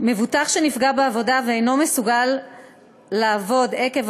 מבוטח שנפגע בעבודה ואינו מסוגל לעבוד עקב